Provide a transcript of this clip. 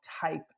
type